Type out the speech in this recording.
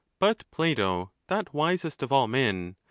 but plato, that wisest of all men,